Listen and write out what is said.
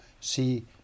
see